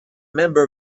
member